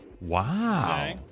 Wow